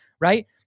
right